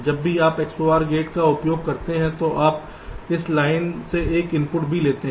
जब भी आप XOR गेट का उपयोग करते हैं तो आप इस लाइन से एक इनपुट भी लेते हैं